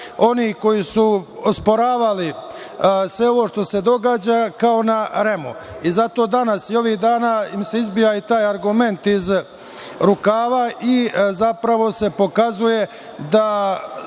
oni koji su osporavali sve ovo što se događa sa REM-om. Zato danas i ovih dana im se izbija ovaj argument iz rukava i zapravo se pokazuje da